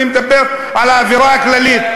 אני מדבר על האווירה הכללית.